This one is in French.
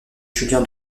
julien